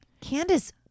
Candace